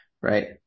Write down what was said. right